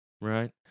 right